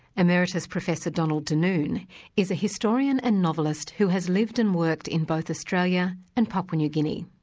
emeritus professor donald denoon is a historian and novelist who has lived and worked in both australia and papua new guinea,